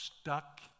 stuck